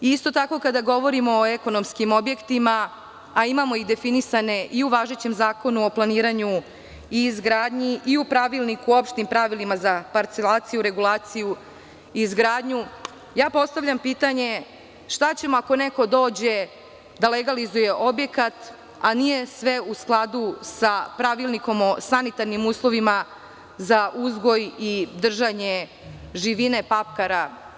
Isto tako, kada govorimo o ekonomskim objektima, a imamo ih definisane i u važećem Zakonu o planiranju i izgradnji i u Pravilniku o opštim pravilima za parcelaciju, regulaciju i izgradnju, postavljam pitanje – šta ćemo ako neko dođe da legalizuje objekat, a nije sve u skladu sa Pravilnikom o sanitarnim uslovima za uzgoj i držanje živine, papkara?